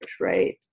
right